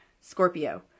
Scorpio